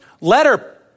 letter